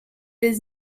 does